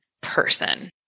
person